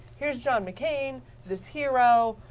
here's john mccain, this hero,